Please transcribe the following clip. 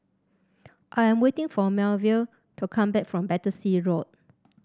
I am waiting for Melville to come back from Battersea Road